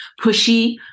pushy